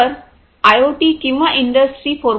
तर आयआयओटी किंवा इंडस्ट्री 4